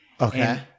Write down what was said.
okay